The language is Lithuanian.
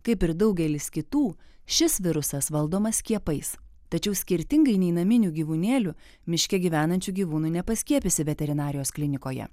kaip ir daugelis kitų šis virusas valdomas skiepais tačiau skirtingai nei naminių gyvūnėlių miške gyvenančių gyvūnų nepaskiepysi veterinarijos klinikoje